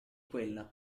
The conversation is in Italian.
quella